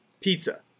Pizza